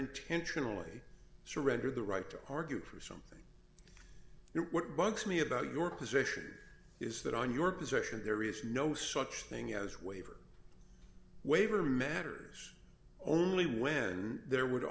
intentionally surrendered the right to argue for something what bugs me about your position is that on your position there is no such thing as waiver waiver matters only when there would